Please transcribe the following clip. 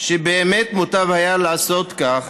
שבאמת מוטב היה לעשות כך